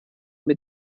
mit